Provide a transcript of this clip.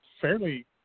fairly